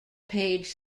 page